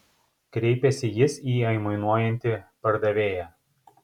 kreipėsi jis į aimanuojantį pardavėją